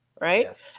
right